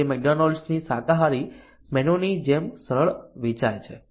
તે મેકડોનાલ્ડ્સ શાકાહારી મેનૂની જેમ સરળ વેચાય છે